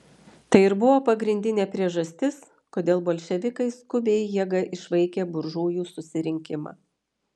tai ir buvo pagrindinė priežastis kodėl bolševikai skubiai jėga išvaikė buržujų susirinkimą